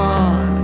on